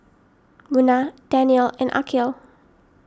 Munah Daniel and Aqil